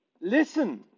listen